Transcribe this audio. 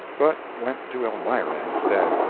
but went to elmira instead.